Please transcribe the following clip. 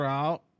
out